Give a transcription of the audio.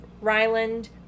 Ryland